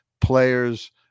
players